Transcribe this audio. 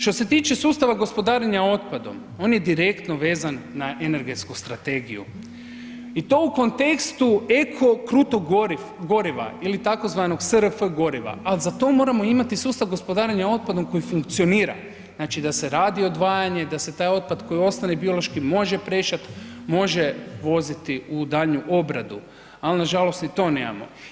Što se tiče sustava gospodarenja otpadom, on je direktno vezan na energetsku strategiju i to u kontekstu eko krutog goriva ili tzv. SRF goriva ali za to moramo imati sustav gospodarenja otpadom koji funkcionira, znači da se radi odvajanje, da se taj otpad koji ostane biološki, može prešat, može vozit u daljnju obradu ali nažalost ni to nemamo.